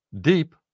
deep